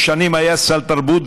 ושנים היה סל תרבות,